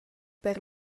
per